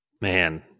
Man